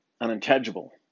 Unintelligible